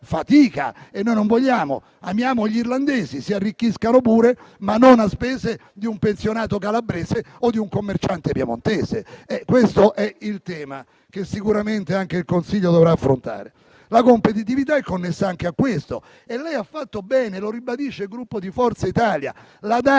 non lo vogliamo. Amiamo gli irlandesi: si arricchiscano pure, ma non a spese di un pensionato calabrese o di un commerciante piemontese. Questo è il tema che sicuramente anche il Consiglio europeo dovrà affrontare. La competitività è connessa anche a questo e lei ha fatto bene - lo ribadisce il Gruppo Forza Italia - a